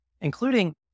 including